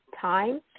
time